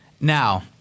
Now